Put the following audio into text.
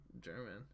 German